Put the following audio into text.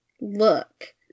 look